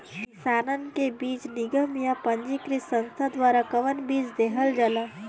किसानन के बीज निगम या पंजीकृत संस्था द्वारा कवन बीज देहल जाला?